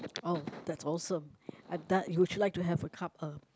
oh that's awesome I da~ would you like to have a cup of